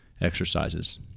exercises